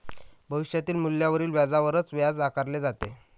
भविष्यातील मूल्यावरील व्याजावरच व्याज आकारले जाते